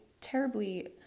terribly